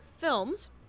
films